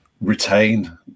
retain